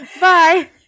bye